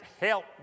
help